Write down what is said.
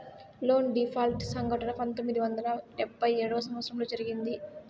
loan default సంఘటన పంతొమ్మిది వందల డెబ్భై ఏడవ సంవచ్చరంలో జరిగింది